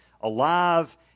alive